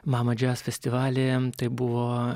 mama jazz festivaly tai buvo